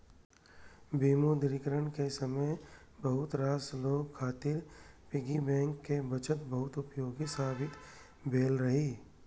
विमुद्रीकरण के समय बहुत रास लोग खातिर पिग्गी बैंक के बचत बहुत उपयोगी साबित भेल रहै